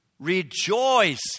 Rejoice